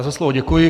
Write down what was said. Za slovo děkuji.